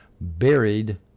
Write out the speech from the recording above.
buried